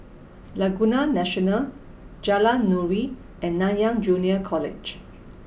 Laguna National Jalan Nuri and Nanyang Junior College